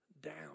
down